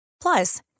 Plus